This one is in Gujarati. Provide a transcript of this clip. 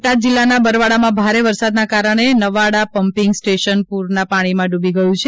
બોટાદ જિલ્લાના બરવાડામાં ભારે વરસાદના કારણે નવાડા પમ્પિંગ સ્ટેશન પુરના પાણીમાં ડૂબી ગયું છે